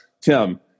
tim